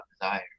desire